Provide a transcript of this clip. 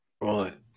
Right